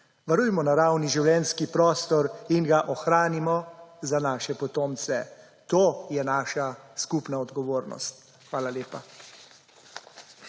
Varujmo naravni življenjski prostor in ga ohranimo za naše potomce. To je naša skupna odgovornost. Hvala lepa.